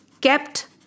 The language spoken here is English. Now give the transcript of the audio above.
kept